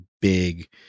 big